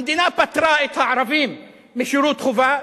המדינה פטרה את הערבים משירות חובה,